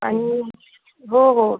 आणि हो हो